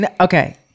Okay